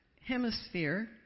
hemisphere